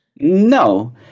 No